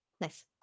Nice